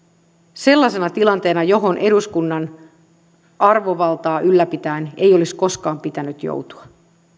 sellaisena tilanteena johon eduskunnan arvovaltaa ylläpitäen ei olisi koskaan pitänyt joutua